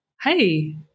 hey